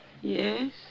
Yes